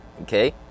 okay